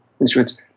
instruments